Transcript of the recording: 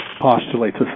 postulates